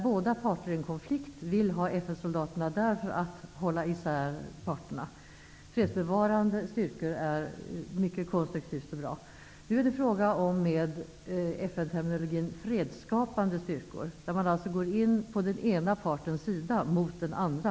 Båda parter i en konflikt vill då ha FN-soldaterna där för att hålla isär parterna. Fredsbevarande styrkor är någonting mycket konstruktivt och bra. Nu är det fråga om -- med FN-terminologin -- fredsskapande styrkor, där man alltså går in på den ena partens sida mot den andra.